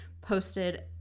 posted